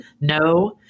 No